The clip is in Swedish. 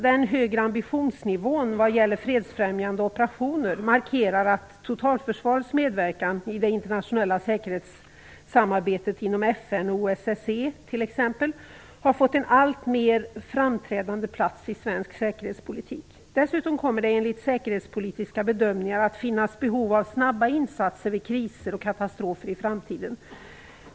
Den högre ambitionsnivån när det gäller fredsfrämjande operationer markerar att totalförsvarets medverkan i det internationella säkerhetssamarbetet inom t.ex. FN och OSSE har fått en alltmer framträdande plats i svensk säkerhetspolitik. Dessutom kommer det enligt säkerhetspolitiska bedömningar att finnas behov av snabba insatser vid kriser och katastrofer i framtiden.